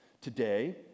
Today